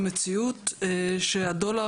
המציאות שהדולר,